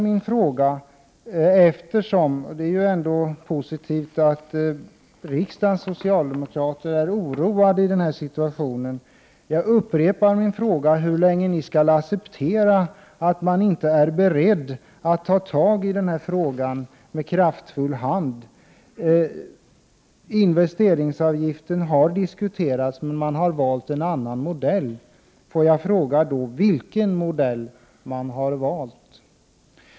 Det är ändå positivt att riksdagens socialdemokrater är oroade i denna situation. Jag upprepar min fråga hur länge socialdemokraterna skall acceptera att kraftfulla åtgärder inte vidtas på detta område. Investeringsavgiften har diskuterats, men man har valt en annan modell säger Magnus Persson. Vilken modell har man valt?